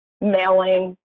mailing